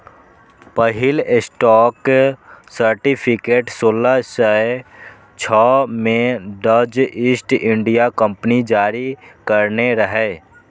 पहिल stock certificate सोलह सय छह मे डच ईस्ट इंडिया कंपनी जारी करने रहै